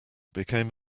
became